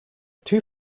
two